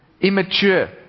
immature